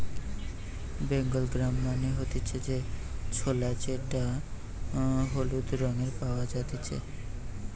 Bengal gram মানে হতিছে যে ছোলা যেটা হলুদ রঙে পাওয়া জাতিছে